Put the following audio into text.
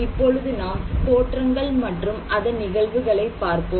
இப்பொழுது நாம் தோற்றங்கள் மற்றும் அதன் நிகழ்வுகளை பார்ப்போம்